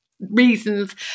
reasons